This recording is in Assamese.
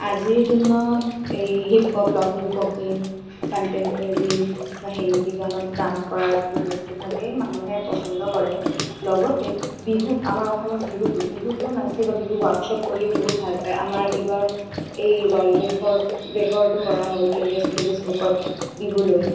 আজিৰ দিনত এই হিপহপ লকিং পকিং কণ্টেমপৰাৰী বা হিন্দী গানত ডান্স কৰাটো বহুত মানুহেই পছন্দ কৰে লগতে বিহুত আমাৰ অসমত বিহুতো বিহুতো নাচি বাগি বিহু ওৱৰ্কশ্বপ কৰি বহুত ভাল পায় আমাৰ এইবাৰ এই ওৱৰ্ল্ড ৰেকৰ্ড ৰেকৰ্ডো কৰা হ'ল গিনিজ ওৱৰ্ল্ড ৰেকৰ্ড বিহুলৈ